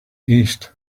east